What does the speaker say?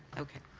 okay.